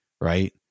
Right